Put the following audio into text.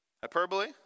hyperbole